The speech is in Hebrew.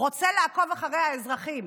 רוצה לעקוב אחרי האזרחים.